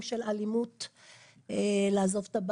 אתם לא תפגעו בכבודם של ילדינו,